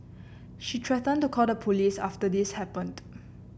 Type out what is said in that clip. she threatened to call the police after this happened